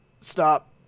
stop